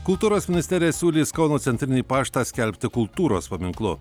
kultūros ministerija siūlys kauno centrinį paštą skelbti kultūros paminklu